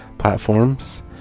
platforms